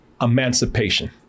emancipation